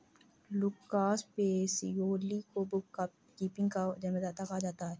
Lucas Pacioli को bookkeeping का जन्मदाता कहा जाता है